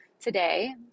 today